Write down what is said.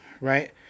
right